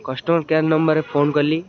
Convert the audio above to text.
customer care ନମ୍ବରରେ phone କଲି